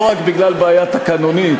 לא רק בגלל בעיה תקנונית.